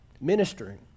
ministering